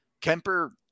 Kemper